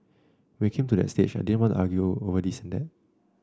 when we came to that stage they didn't want to argue over this and that